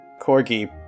Corgi